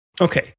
Okay